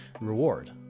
reward